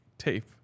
tape